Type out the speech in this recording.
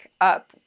up